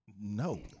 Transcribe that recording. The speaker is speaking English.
No